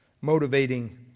motivating